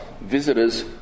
visitors